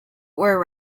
were